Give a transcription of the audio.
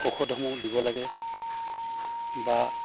ঔষধসমূহ দিব লাগে বা